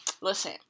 listen